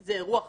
זה אירוע חשוב,